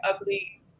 ugly